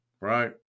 right